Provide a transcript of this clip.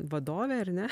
vadovė ar ne